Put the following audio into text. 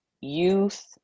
youth